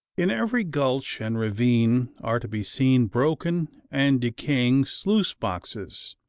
in every gulch and ravine are to be seen broken and decaying sluice-boxes.